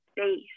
space